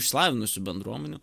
išsilavinusių bendruomenių